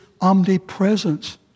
omnipresence